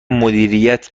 مدیریت